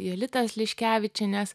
jolitos liškevičienės